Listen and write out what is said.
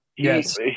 Yes